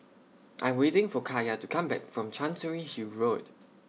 I Am waiting For Kaiya to Come Back from Chancery Hill Road